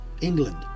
England